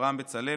אברהם בצלאל,